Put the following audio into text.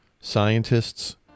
scientists